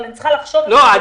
אבל אולי צריך לשנות בנוהל,